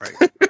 Right